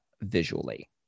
visually